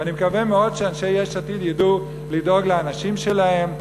ואני מקווה מאוד שאנשי יש עתיד ידעו לדאוג לאנשים שלהם,